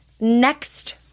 next